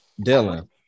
Dylan